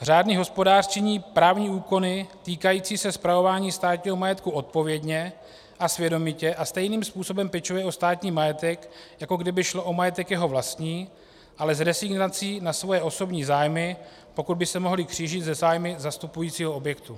Řádný hospodář činí právní úkony týkající se spravování státního majetku odpovědně a svědomitě a stejným způsobem pečuje o státní majetek, jako kdyby šlo o majetek jeho vlastní, ale s rezignací na své osobní zájmy, pokud by se mohly křížit se zájmy zastupujícího objektu.